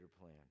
plan